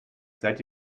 seid